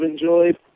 enjoyed